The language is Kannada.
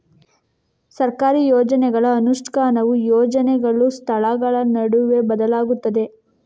ಸರ್ಕಾರಿ ಯೋಜನೆಗಳ ಅನುಷ್ಠಾನವು ಯೋಜನೆಗಳು, ಸ್ಥಳಗಳ ನಡುವೆ ಬದಲಾಗುತ್ತದೆ